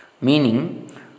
meaning